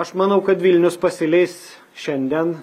aš manau kad vilnius pasileis šiandien